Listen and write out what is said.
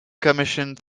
commissioned